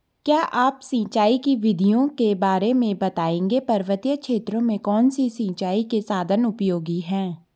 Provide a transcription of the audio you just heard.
क्या आप सिंचाई की विधियों के बारे में बताएंगे पर्वतीय क्षेत्रों में कौन से सिंचाई के साधन उपयोगी हैं?